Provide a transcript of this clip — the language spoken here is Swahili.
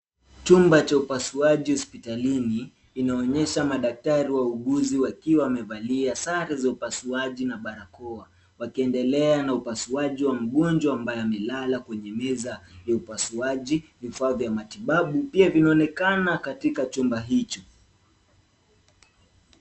Chumba cha upasuaji hospitalini inaonyesha madaktari wauguzi wakiwa wamevalia sare za upasuaji na barakoa. Wakiendelea na upasuaji wa mgonjwa ambaye amelala kwenye meza ya upasuaji, vifaa vya matibabu pia vinaonekana katika chumba hicho.